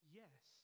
yes